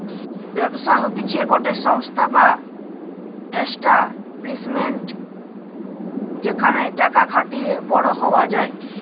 ব্যবসা হতিছে গটে সংস্থা বা এস্টাব্লিশমেন্ট যেখানে টাকা খাটিয়ে বড়ো হওয়া যায়